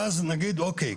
ואז נגיד או.קיי.,